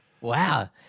Wow